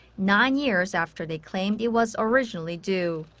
nine years after they claimed it was originally due.